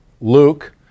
Luke